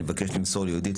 אני מבקש למסור ליהודית,